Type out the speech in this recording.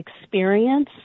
experience